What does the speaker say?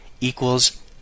equals